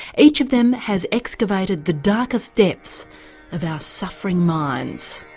each of them has excavated the darkest depths of our suffering minds.